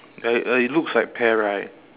ya uh it looks like pear right